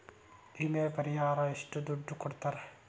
ವಿಮೆ ಪರಿಹಾರ ಎಷ್ಟ ದುಡ್ಡ ಕೊಡ್ತಾರ?